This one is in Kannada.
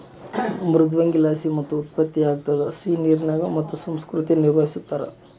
ಮೃದ್ವಂಗಿಲಾಸಿ ಮುತ್ತು ಉತ್ಪತ್ತಿಯಾಗ್ತದ ಸಿಹಿನೀರಿನಾಗ ಮುತ್ತು ಸಂಸ್ಕೃತಿ ನಿರ್ವಹಿಸ್ತಾರ